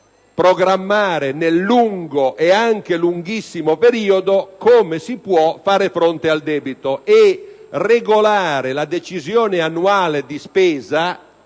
programmare nel lungo e anche lunghissimo periodo come far fronte al debito e regolare la decisione annuale di spesa,